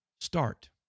start